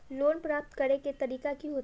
Loan प्राप्त करे के तरीका की होते?